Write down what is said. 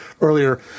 earlier